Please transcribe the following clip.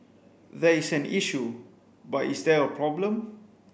there is an issue but is there a problem